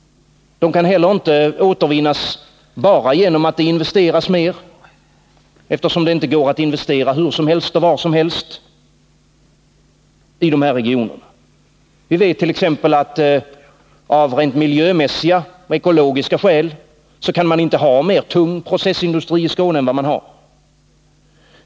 De kan heller inte återvinnas bara genom att det investeras mer, eftersom det inte går att investera hur som helst och var som helst i de här regionerna. Vi vet t.ex. att av rent miljömässiga och ekologiska skäl kan man inte ha mer tung processindustri i Skåne än vad man har.